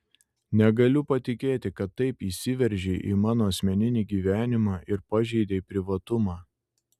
negaliu patikėti kad taip įsiveržei į mano asmeninį gyvenimą ir pažeidei privatumą